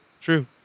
True